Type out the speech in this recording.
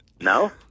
No